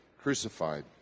crucified